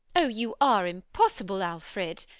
oh, you are impossible, alfred.